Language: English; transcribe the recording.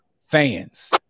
fans